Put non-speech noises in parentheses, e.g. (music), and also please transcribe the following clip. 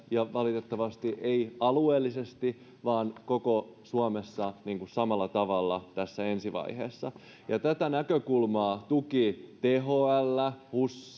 ja valitettavasti ei alueellisesti vaan koko suomessa samalla tavalla tässä ensivaiheessa ja tätä näkökulmaa tukivat thl hus (unintelligible)